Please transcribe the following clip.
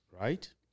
right